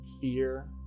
Fear